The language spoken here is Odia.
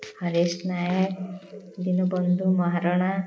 ହରେଶ ନାୟକ ଦିନବନ୍ଧୁ ମହାରଣା